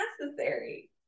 necessary